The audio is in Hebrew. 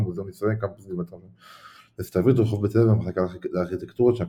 מוזיאון ישראל; קמפוס גבעת רם של האוניברסיטה העברית; רחוב